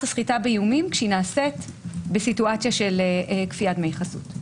הסחיטה באיומים שהיא נעשית בסיטואציה של כפיית דמי חסות.